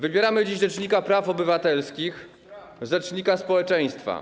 Wybieramy dziś rzecznika praw obywatelskich, rzecznika społeczeństwa.